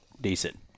decent